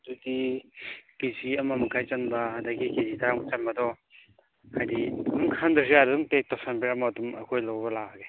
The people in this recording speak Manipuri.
ꯑꯗꯨꯗꯤ ꯀꯦ ꯖꯤ ꯑꯃ ꯃꯈꯥꯏ ꯆꯟꯕ ꯑꯗꯨꯗꯒꯤ ꯀꯦ ꯖꯤ ꯇꯔꯥꯃꯨꯛ ꯆꯟꯕꯗꯣ ꯍꯥꯏꯗꯤ ꯑꯗꯨꯝ ꯈꯟꯗ꯭ꯔꯁꯨ ꯌꯥꯔꯦ ꯑꯗꯨꯝ ꯄꯦꯛ ꯇꯧꯁꯤꯟꯕꯤꯔꯝꯃꯣ ꯑꯗꯨꯝ ꯑꯩꯈꯣꯏ ꯂꯧꯕ ꯂꯥꯛꯑꯒꯦ